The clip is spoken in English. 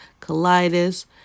colitis